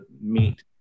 meet